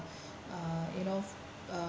uh you know uh